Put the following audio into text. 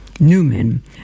Newman